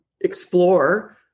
explore